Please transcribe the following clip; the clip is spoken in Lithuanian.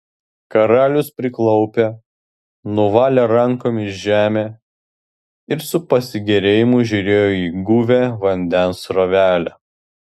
karalius priklaupė nuvalė rankomis žemę ir su pasigėrėjimu žiūrėjo į guvią vandens srovelę